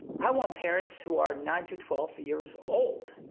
i want parents who are nine to twelve years old,